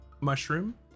mushroom